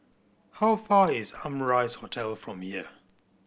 how far is Amrise Hotel from here